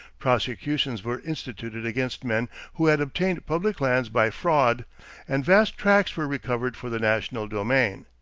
prosecutions were instituted against men who had obtained public lands by fraud and vast tracts were recovered for the national domain.